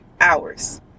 hours